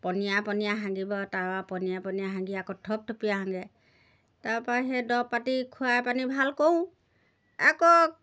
পনীয়া পনীয়া হাগিব তাৰপৰা পনীয়া পনীয়া হাগি আকৌ থপথপিয়া হাগে তাৰপৰা সেই দৰৱ পাতি খোৱাই পানি ভাল কৰোঁ আকৌ